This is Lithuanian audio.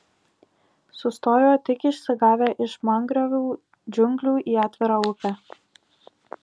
sustojo tik išsigavę iš mangrovių džiunglių į atvirą upę